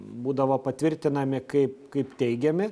būdavo patvirtinami kaip kaip teigiami